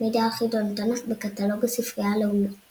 מידע על חידון התנ"ך בקטלוג הספרייה הלאומית